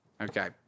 okay